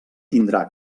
tindrà